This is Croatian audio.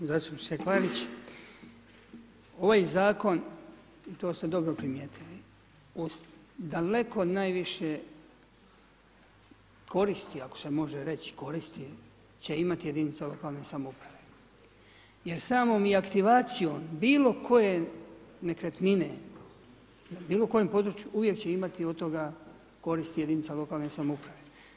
Zastupniče Klarić, ovaj zakon i to ste dobro primijetili, daleko najviše koristi ako se može tako reći koristi, će imati jedinica lokalne samouprave jer samom i aktivacijom bilokoje nekretnine u bilokojem području uvijek će imati od toga koristi jedinica lokalne samouprave.